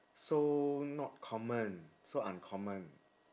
so not common so uncommon